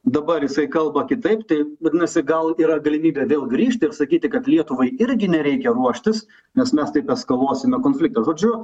dabar jisai kalba kitaip tai vadinasi gal yra galimybė vėl grįžt ir sakyt kad lietuvai irgi nereikia ruoštis nes mes taip eskaluosime konfliktą žodžiu